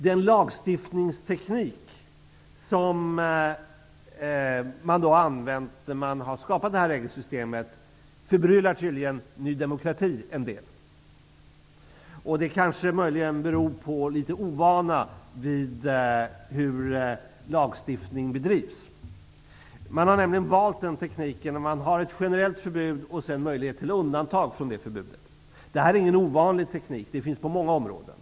Den lagstiftningsteknik som använts då man skapat detta regelsystem förbryllar tydligen Ny demokrati en del. Det kanske beror på ovana vid hur lagstiftning sker. Man har här valt tekniken med ett generellt förbud och möjligheter till undantag från förbudet. Detta är ingen ovanlig teknik. Den finns på många områden.